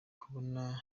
kubona